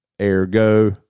Ergo